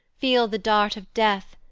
feel the dart of death,